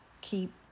keep